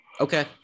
okay